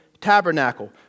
tabernacle